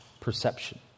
perception